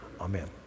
Amen